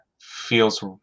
feels